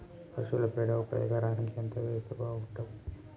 పశువుల పేడ ఒక ఎకరానికి ఎంత వేస్తే బాగుంటది?